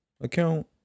account